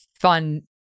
fun